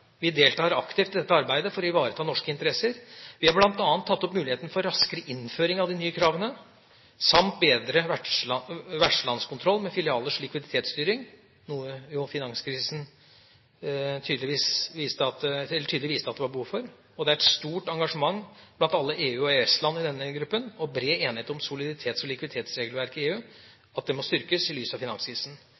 Vi deltar aktivt i dette arbeidet for å ivareta norske interesser. Vi har bl.a. tatt opp muligheten for raskere innføring av de nye kravene samt bedre vertslandskontroll med filialers likviditetsstyring, noe finanskrisen tydelig viste at det var behov for. Det er et stort engasjement blant alle EU- og EØS-land i denne gruppen og bred enighet om at soliditets- og likviditetsregelverket i EU må styrkes i lys av finanskrisen.